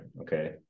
okay